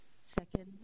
second